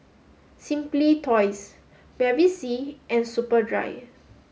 Simply Toys Bevy C and Superdry